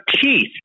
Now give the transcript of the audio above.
teeth